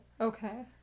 Okay